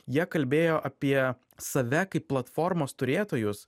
jie kalbėjo apie save kaip platformos turėtojus